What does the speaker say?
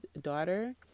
daughter